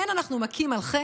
כן, אנחנו מכים על חטא.